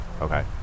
okay